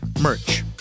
merch